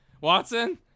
Watson